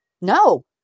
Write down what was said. No